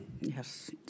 Yes